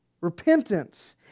repentance